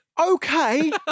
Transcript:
okay